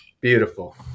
Beautiful